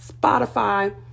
Spotify